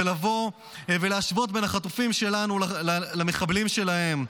זה לבוא ולהשוות בין החטופים שלנו למחבלים שלהם.